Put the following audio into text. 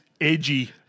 edgy